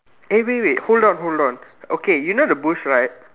eh wait wait wait hold on hold on okay you know the boots right